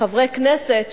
חברי כנסת,